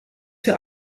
für